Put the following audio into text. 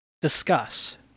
discuss